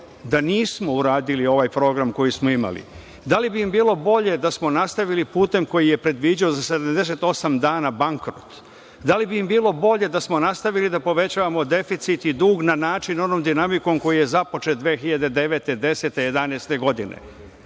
da nismo uradili ovaj program koji smo imali. Da li bi im bilo bolje da smo nastavili putem koji je predviđao za 78 dana bankrot. Da li bi im bilo bolje da smo nastavili da povećavamo deficit i dug na način onom dinamikom koji je započet 2009, 2010. i 2011. godine.